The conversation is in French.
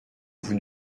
vous